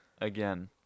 again